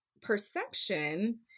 perception